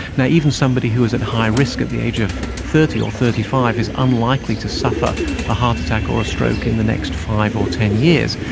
yeah even somebody who was at high risk at the age of thirty or thirty five is unlikely to suffer a heart attack or stroke in the next five or ten years,